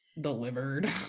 delivered